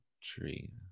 tree